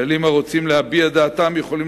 חיילים אשר רוצים להביע את דעתם יכולים